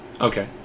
Okay